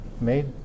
made